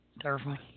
Terrifying